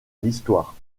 l’histoire